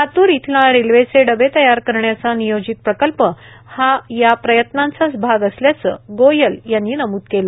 लातूर इथला रेल्वेचे डबे तयार करण्याचा नियोजित प्रकल्प हा या प्रयत्नांचाच भाग असल्याचं गोयल यांनी नमूद केलं